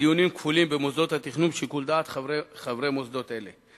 בדיונים כפולים במוסדות התכנון ובשיקול דעת חברי מוסדות אלה.